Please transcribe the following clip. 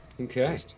Okay